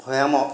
ভৈয়ামত